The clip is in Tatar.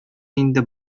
инде